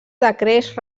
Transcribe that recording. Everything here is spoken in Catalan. decreix